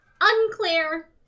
Unclear